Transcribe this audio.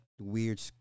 weird